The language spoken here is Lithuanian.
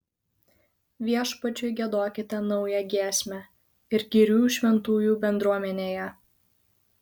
viešpačiui giedokite naują giesmę ir gyrių šventųjų bendruomenėje